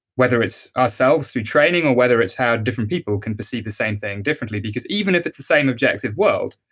whether it's ourselves through training or whether it's how different people can perceive the same thing differently because even if it's the same objective world,